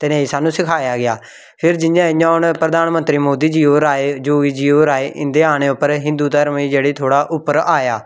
ते नेईं सानूं सखाया गेआ फिर जि'यां इ'यां हून प्रधानमंत्री मोदी जी होर आये योगी जी होर होर आये इं'दे औने उप्पर हिंदु धर्म गी थोह्ड़ा जेह्ड़ी उप्पर आया